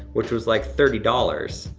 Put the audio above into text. which was like thirty dollars.